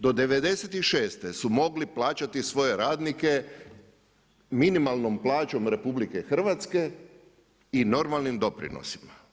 Do '96. su mogli plaćati svoje radnike minimalnom plaćom RH, i normalnim doprinosima.